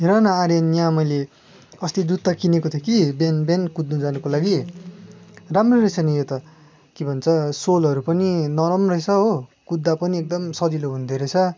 हेर न आर्यन यहाँ मैले अस्ति जुत्ता किनेको थिएँ कि बिहान बिहान कुद्नु जानुको लागि राम्रो रहेस नि यो त के भन्छ सोलहरू पनि नरम रहेस हो कुद्दा पनि एकदम सजिलो हुँदोरहेछ